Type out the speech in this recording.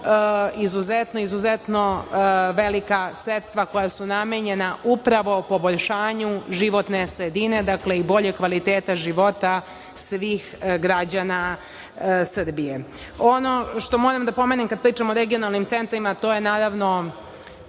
izuzetno velika sredstva koja su namenjena upravo poboljšanju životne sredine i boljeg kvaliteta života svih građana Srbije. Ono što moram da pomenem kada pričamo o regionalnim centrima, to je naravno